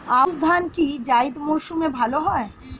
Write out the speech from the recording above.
আউশ ধান কি জায়িদ মরসুমে ভালো হয়?